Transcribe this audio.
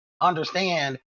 understand